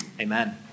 Amen